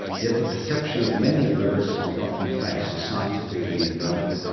yet the perception of many of the risks we often face is scientifically invalid.